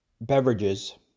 beverages